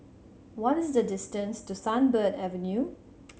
what is the distance to Sunbird Avenue